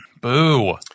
Boo